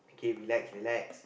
okay relax relax